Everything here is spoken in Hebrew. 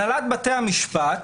הנהלת בתי המשפט,